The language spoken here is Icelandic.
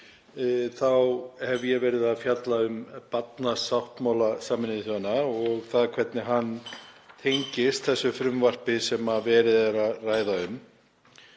hef ég verið að fjalla um barnasáttmála Sameinuðu þjóðanna og það hvernig hann tengist því frumvarpi sem verið er að ræða.